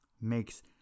makes